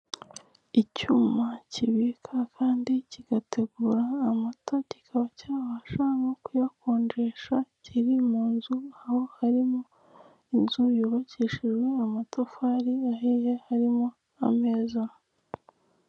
Icyuma kibika kandi kigategura amata kikaba cyabasha no kuyakonjesha, kiri mu nzu aho harimo inzu yubakishijwe amatafari aheye harimo ameza.